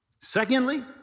Secondly